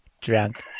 Drunk